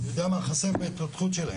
אני יודע מה חסר בהתפתחות שלהם.